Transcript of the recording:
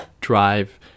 drive